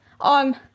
on